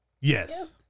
Yes